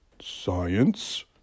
science